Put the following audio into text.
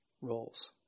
roles